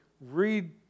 read